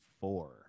four